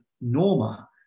Norma